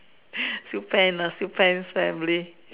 still pend ah still pen's family